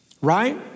right